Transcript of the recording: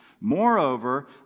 Moreover